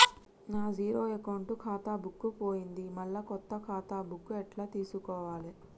నా zero account ఖాతా book పోయింది మళ్ళా కొత్త ఖాతా బుక్కు ఎట్ల తీసుకోవాలే?